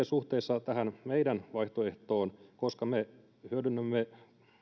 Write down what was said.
suhteessa tähän meidän vaihtoehtoomme koska me hyödynnämme